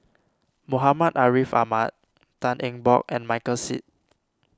Muhammad Ariff Ahmad Tan Eng Bock and Michael Seet